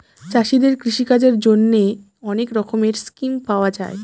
চাষীদের কৃষিকাজের জন্যে অনেক রকমের স্কিম পাওয়া যায়